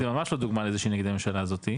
זה ממש לא דוגמה לזה שהיא נגד הממשלה הזאתי,